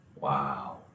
Wow